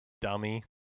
dummy